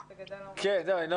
בגלל זה אנחנו